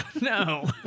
no